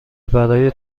برای